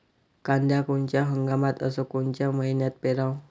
कांद्या कोनच्या हंगामात अस कोनच्या मईन्यात पेरावं?